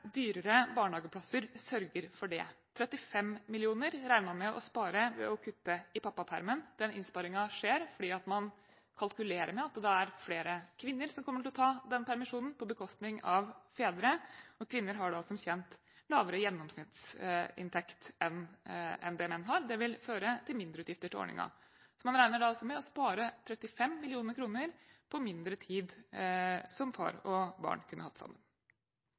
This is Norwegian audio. dyrere barnehageplasser sørger for det. 35 mill. kr regner man med å spare ved å kutte i pappapermen. Den innsparingen skjer fordi man kalkulerer med at det er flere kvinner som kommer til å ta permisjonen på bekostning av fedre, og kvinner har som kjent lavere gjennomsnittsinntekt enn det menn har. Det vil føre til mindre utgifter til ordningen, så man regner altså med å spare 35 mill. kr på mindre tid sammen for far og barn.